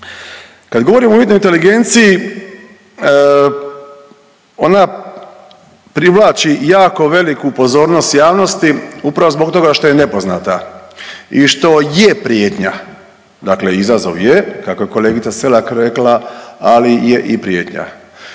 Kad govorimo o umjetnoj inteligenciji, ona privlači jako veliku pozornost javnosti upravo zbog toga što je nepoznata i što je prijetnja. Dakle izazov je, kako je kolegica Selak rekla, ali je i prijetnja